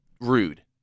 rude